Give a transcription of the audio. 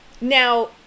Now